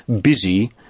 busy